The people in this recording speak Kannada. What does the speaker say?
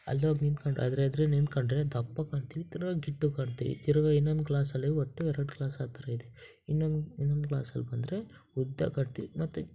ಅಲ್ಲೋಗಿ ನಿಂತ್ಕಂಡ್ರೆ ಅದರ ಎದ್ರಿಗೆ ನಿಂತ್ಕೊಂಡ್ರೆ ದಪ್ಪಗೆ ಕಾಣ್ತೀವಿ ತಿರ್ಗಾ ಗಿಡ್ಡಕ್ಕೆ ಕಾಣ್ತೀವಿ ತಿರ್ಗಾ ಇನ್ನೊಂದು ಗ್ಲಾಸಲ್ಲಿ ಒಟ್ಟು ಎರಡು ಗ್ಲಾಸ್ ಆ ಥರ ಇದೆ ಇನ್ನೊಂದು ಇನ್ನೊಂದು ಗ್ಲಾಸಲ್ಲಿ ಬಂದರೆ ಉದ್ದ ಕಾಣ್ತೀವಿ ಮತ್ತು